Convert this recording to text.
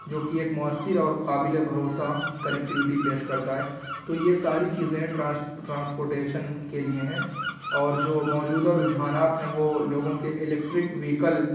جو كہ ایک مؤثر اور قابلِ بھروسہ كنكٹیوٹی پیش كرتا ہے تو یہ ساری چیزیں ٹرانسپوٹیشن کے لیے ہیں اور جو موجودہ رجحانات ہیں وہ لوگوں کے الیکٹرک ویکل